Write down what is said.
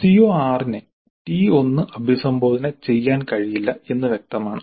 CO6 നെ T1 അഭിസംബോധന ചെയ്യാൻ കഴിയില്ല എന്ന് വ്യക്തമാണ്